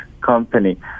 company